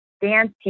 dance